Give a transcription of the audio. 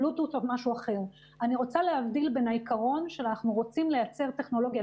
אני רוצה להבדיל בין העיקרון שאנחנו רוצים לייצר טכנולוגיה,